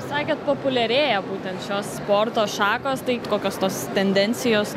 sakėt populiarėja būtent šios sporto šakos tai kokios tos tendencijos